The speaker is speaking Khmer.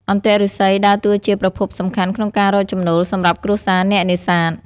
អន្ទាក់ឫស្សីដើរតួជាប្រភពសំខាន់ក្នុងការរកចំណូលសម្រាប់គ្រួសារអ្នកនេសាទ។